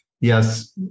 yes